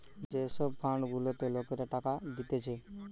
যে সব ফান্ড গুলাতে লোকরা টাকা দিতেছে